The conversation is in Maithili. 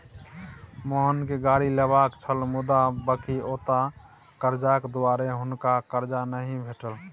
मोहनकेँ गाड़ी लेबाक छल मुदा बकिऔता करजाक दुआरे हुनका करजा नहि भेटल